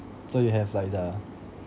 so you have like the